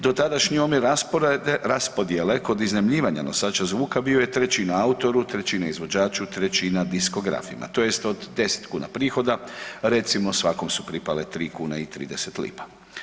Dotadašnji omjer raspodjele kod iznajmljivanja nosača zvuka bio je trećini autoru, trećini izvođaču, trećina diskografima tj. od 10 kuna prihoda recimo svakom su pripale 3 kune i 30 lipa.